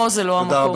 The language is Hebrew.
פה זה לא המקום.